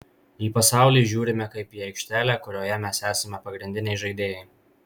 į pasaulį žiūrime kaip į aikštelę kurioje mes esame pagrindiniai žaidėjai